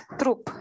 trup